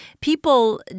people